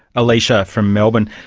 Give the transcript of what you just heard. alysha from melbourne.